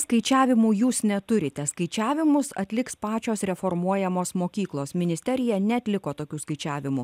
skaičiavimų jūs neturite skaičiavimus atliks pačios reformuojamos mokyklos ministerija neatliko tokių skaičiavimų